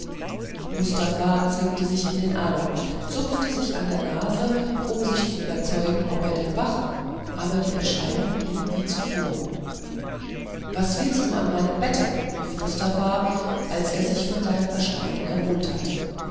mustafa zwickte sich in den arm zupfte sich an der nase um sich zu überzeugen ob er denn wache aber die erscheinung blieb wie zuvor was willst du an meinem bette rief mustafa als er sich von seinem erstaunen erholt hatte